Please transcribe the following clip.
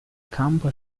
campo